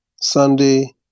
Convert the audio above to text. Sunday